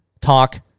talk